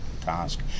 task